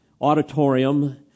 auditorium